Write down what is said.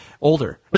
older